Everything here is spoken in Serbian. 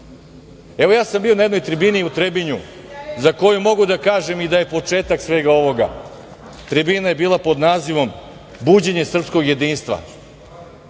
ja sam bio na jednoj tribini u Trebinju za koju mogu da kažem i da je početak svega ovoga. Tribina je pod nazivom „Buđenje srpskog jedinstva“,